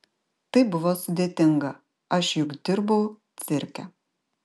tai buvo sudėtinga aš juk dirbau cirke